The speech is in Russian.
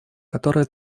которая